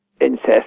incest